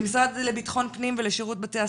למשרד לביטחון פנים ולשב"ס,